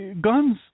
guns